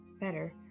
better